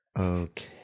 Okay